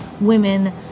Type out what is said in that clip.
women